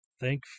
thank